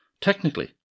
Technically